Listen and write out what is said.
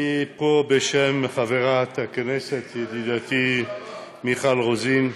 אני פה בשם חברת הכנסת ידידתי מיכל רוזין,